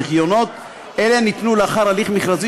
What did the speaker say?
זיכיונות אלה ניתנו לאחר הליך מכרזי